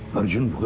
arjun!